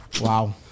Wow